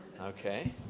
Okay